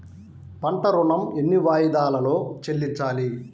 పంట ఋణం ఎన్ని వాయిదాలలో చెల్లించాలి?